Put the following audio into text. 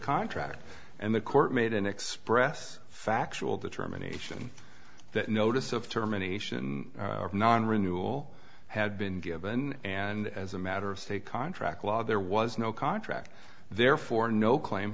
contract and the court made an express factual determination that notice of termination non renewal had been given and as a matter of state contract law there was no contract therefore no claim